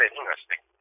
interesting